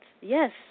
yes